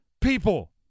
people